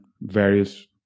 various